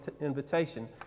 invitation